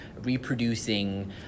reproducing